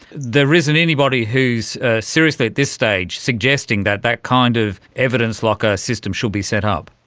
there isn't anybody who is seriously at this stage suggesting that that kind of evidence locker system should be set up.